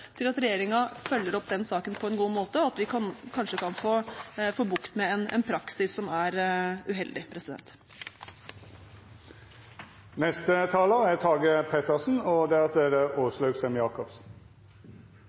til at regjeringen følger opp denne saken på en god måte, og at vi kanskje kan få bukt med en praksis som er uheldig. Et godt samfunn er et samfunn som gir muligheter for alle. Regjeringen prioriterer derfor innsats mot barnefattigdom og